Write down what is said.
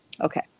Okay